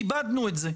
כיבדנו את הדיון,